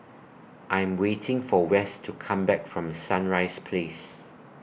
I'm waiting For Wess to Come Back from Sunrise Place